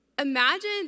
Imagine